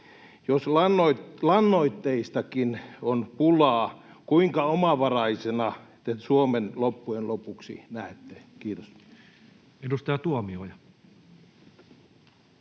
jos lannoitteistakin on pulaa, kuinka omavaraisena te Suomen loppujen lopuksi näette? — Kiitos. [Speech 44]